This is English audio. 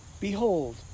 Behold